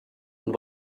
und